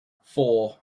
four